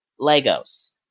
Legos